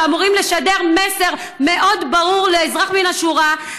ואמורים לשדר מסר מאוד ברור לאזרח מן השורה,